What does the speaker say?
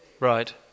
Right